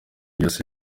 byose